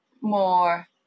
more